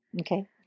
Okay